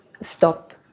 stop